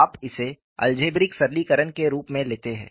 आप इसे अलजेब्रिक सरलीकरण के रूप में लेते हैं